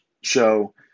show